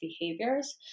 behaviors